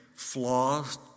Flaws